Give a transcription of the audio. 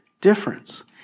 difference